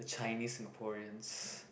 a Chinese Singaporeans